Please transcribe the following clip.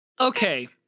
Okay